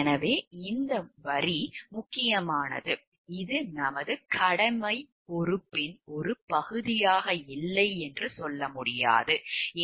எனவே இந்த வரி முக்கியமானது இது நமது கடமைப் பொறுப்பின் ஒரு பகுதியாக இல்லை என்று சொல்ல முடியாது